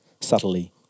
subtly